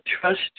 trust